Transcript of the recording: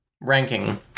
ranking